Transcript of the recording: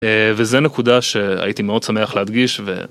וזה נקודה שהייתי מאוד שמח להדגיש.